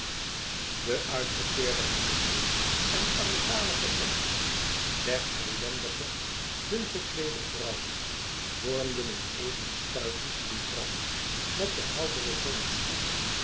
de uitgeteerde gezichten en armzalige opschik der ellendige dun gekleede vrouwen vormden een even stuitend contrast met den helderen zonneschijn